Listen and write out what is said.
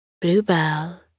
Bluebell